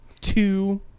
two